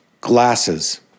glasses